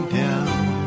down